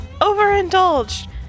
overindulged